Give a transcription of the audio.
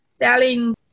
telling